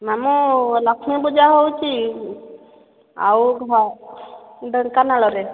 ମାମୁଁ ଲକ୍ଷ୍ମୀ ପୂଜା ହେଉଛି ଆଉ ଢେଙ୍କାନାଳରେ